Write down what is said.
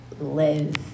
live